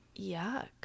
yuck